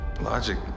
Logic